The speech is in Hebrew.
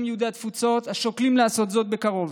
יהודי התפוצות השוקלים לעשות זאת בקרוב.